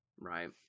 right